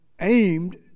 aimed